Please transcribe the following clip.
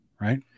Right